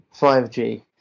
5g